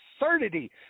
absurdity